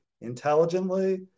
intelligently